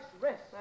rest